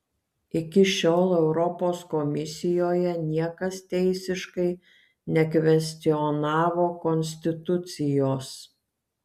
iki šiol europos komisijoje niekas teisiškai nekvestionavo konstitucijos